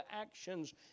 actions